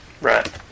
Right